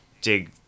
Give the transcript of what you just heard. dig